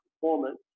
performance